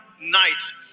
nights